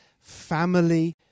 family